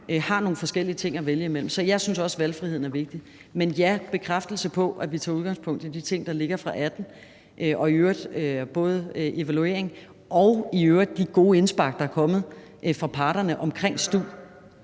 har nogle forskellige ting at vælge imellem. Så jeg synes også, at valgfriheden er vigtig. Men ja, en bekræftelse på, at vi tager udgangspunkt i de ting, der ligger fra 2018, og i øvrigt både evaluering og de gode indspark, der er kommet fra parterne, omkring stu.